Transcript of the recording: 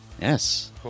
Yes